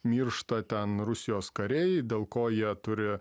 miršta ten rusijos kariai dėl ko jie turi